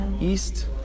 East